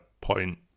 point